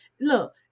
look